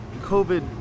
covid